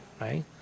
Right